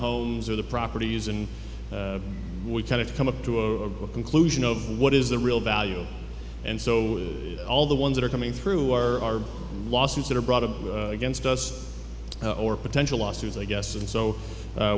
homes or the properties and we kind of come up to a conclusion of what is the real value and so all the ones that are coming through are lawsuits that are brought up against us or potential lawsuits i guess and so